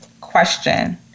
question